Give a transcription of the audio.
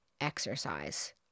exercise